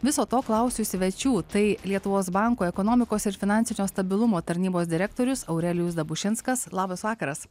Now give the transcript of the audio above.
viso to klausiu svečių tai lietuvos banko ekonomikos ir finansinio stabilumo tarnybos direktorius aurelijus dabušinskas labas vakaras